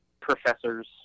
professors